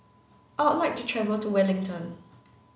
I would like to travel to Wellington